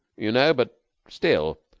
you know, but still.